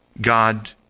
God